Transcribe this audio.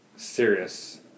serious